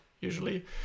usually